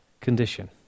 condition